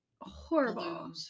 horrible